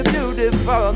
Beautiful